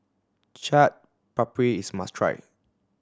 Chaat Papri is a must try